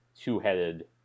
two-headed